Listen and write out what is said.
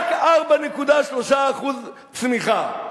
רק 4.3% צמיחה.